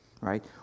right